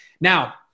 Now